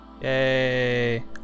Yay